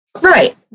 Right